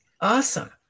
awesome